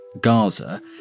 Gaza